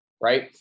Right